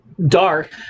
dark